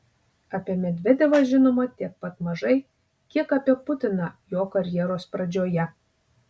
apie medvedevą žinoma tiek pat mažai kiek apie putiną jo karjeros pradžioje